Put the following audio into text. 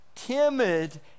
timid